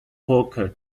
poker